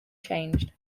changed